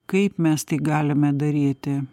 kaip mes tai galime daryti